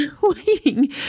waiting